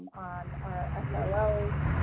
on our sro,